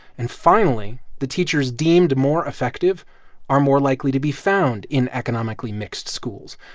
and finally, the teachers deemed more effective are more likely to be found in economically-mixed schools.